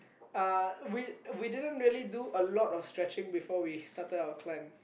uh we we didn't really do a lot of stretching before we started our climb